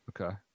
Okay